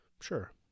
Sure